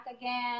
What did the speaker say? again